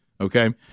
Okay